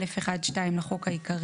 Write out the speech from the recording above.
2. בסעיף 19(א1)(2) לחוק העיקרי